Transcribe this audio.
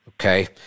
Okay